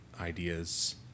ideas